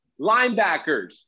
linebackers